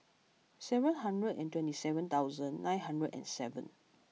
seven hundred and twenty seven thousand nine hundred and seven